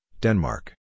Denmark